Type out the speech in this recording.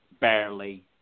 barely